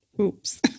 oops